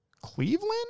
Cleveland